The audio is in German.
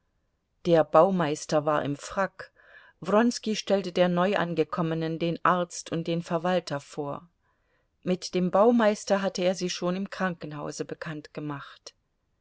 der baumeister war im frack wronski stellte der neuangekommenen den arzt und den verwalter vor mit dem baumeister hatte er sie schon im krankenhause bekannt gemacht